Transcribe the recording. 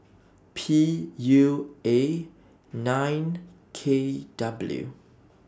P U A nine K W